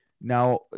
now